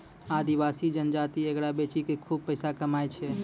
आदिवासी जनजाति एकरा बेची कॅ खूब पैसा कमाय छै